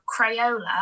Crayola